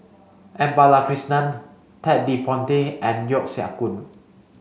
M Balakrishnan Ted De Ponti and Yeo Siak Goon